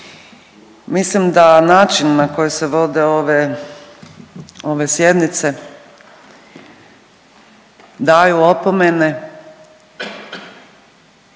Mislim da način na koji se vode ove, ove sjednice daju opomene,